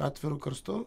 atviru karstu